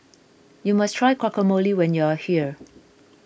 you must try Guacamole when you are here